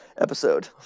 episode